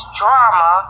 drama